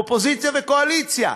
אופוזיציה וקואליציה,